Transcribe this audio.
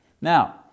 Now